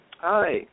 Hi